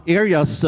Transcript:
areas